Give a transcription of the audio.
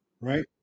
right